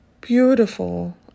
beautiful